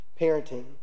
parenting